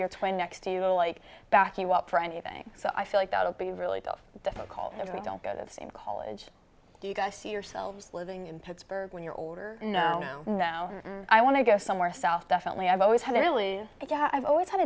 your twin next to you like back you up for anything so i feel like that would be really tough difficult if we don't go to the same college do you guys see yourselves living in pittsburgh when you're older no no no i want to go somewhere south definitely i've always had a really big job i've always had